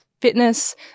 fitness